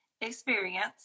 experience